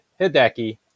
Hideki